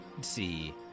see